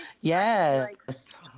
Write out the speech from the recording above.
Yes